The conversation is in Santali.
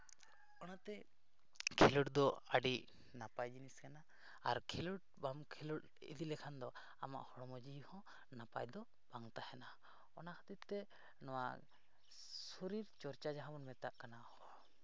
ᱚᱱᱟᱛᱮ ᱠᱷᱮᱞᱳᱰ ᱫᱚ ᱟᱹᱰᱤ ᱱᱟᱯᱟᱭ ᱡᱤᱱᱤᱥ ᱠᱟᱱᱟ ᱟᱨ ᱠᱷᱮᱞᱳᱰ ᱵᱟᱢ ᱠᱷᱮᱞᱳᱰ ᱤᱫᱤ ᱞᱮᱠᱷᱟᱱ ᱫᱚ ᱟᱢᱟᱜ ᱦᱚᱲᱢᱚ ᱡᱤᱣᱤ ᱱᱟᱯᱟᱭ ᱦᱚᱸ ᱵᱟᱝ ᱛᱟᱦᱮᱱᱟ ᱚᱱᱟ ᱠᱷᱟᱹᱛᱤᱨ ᱛᱮ ᱥᱚᱨᱤᱨ ᱪᱚᱨᱪᱟ ᱡᱟᱦᱟᱸ ᱵᱚᱱ ᱢᱮᱛᱟᱜ ᱠᱟᱱᱟ